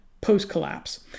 post-collapse